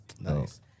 nice